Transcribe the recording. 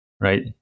right